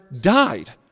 died